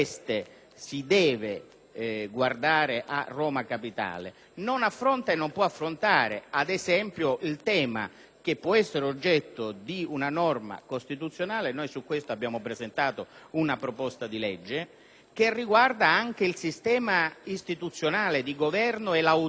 non può affrontare, ad esempio, il tema che può essere oggetto di una norma costituzionale - su questo abbiamo presentato una proposta di legge - che riguarda anche il sistema istituzionale di Governo e l'autonomia normativa